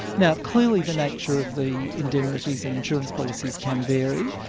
now clearly the nature of the indemnities and insurance policies can vary,